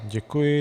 Děkuji.